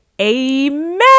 Amen